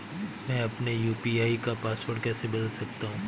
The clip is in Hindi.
मैं अपने यू.पी.आई का पासवर्ड कैसे बदल सकता हूँ?